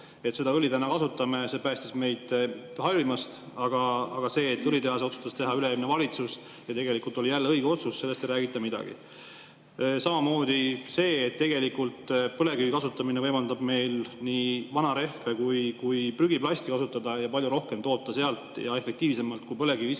Seda õli me täna kasutame, see päästis meid halvimast, aga sellest, et õlitehase otsustas teha üle-eelmine valitsus ja tegelikult oli see õige otsus, ei räägita midagi. Samamoodi sellest, et tegelikult põlevkivi kasutamine võimaldab meil nii vanu rehve kui ka prügiplasti kasutada ja palju rohkem toota sealt ja efektiivsemalt, kui põlevkiviõli